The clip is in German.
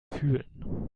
fühlen